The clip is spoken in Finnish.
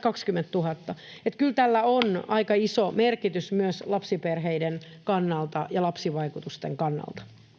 20 000. Kyllä tällä on aika iso merkitys myös lapsiperheiden kannalta ja lapsivaikutusten kannalta.